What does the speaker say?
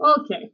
Okay